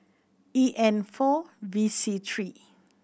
E N four V C three